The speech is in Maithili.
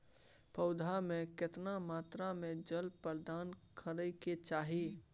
पौधों में केतना मात्रा में जल प्रदान करै के चाही?